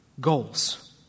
goals